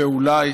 ואולי,